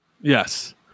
Yes